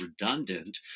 redundant